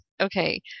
okay